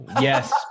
Yes